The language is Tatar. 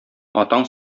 атаң